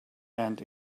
and